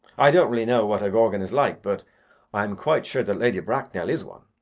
i don't really know what a gorgon is like, but i am quite sure that lady bracknell is one.